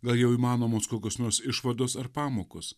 gal jau įmanomos kokios nors išvados ar pamokos